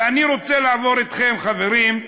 ואני רוצה לעבור אתכם, חברים,